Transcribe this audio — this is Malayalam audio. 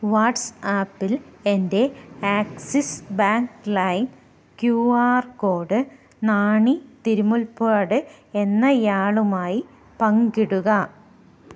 വാട്ട്സ്ആപ്പിൽ എൻ്റെ ആക്സിസ് ബാങ്ക് ലൈം Q R code Nani Thirumulpad എന്നയാളുമായി പങ്കിടുക